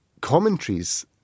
commentaries